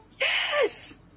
Yes